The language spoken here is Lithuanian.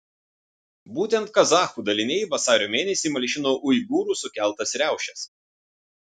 būtent kazachų daliniai vasario mėnesį malšino uigūrų sukeltas riaušes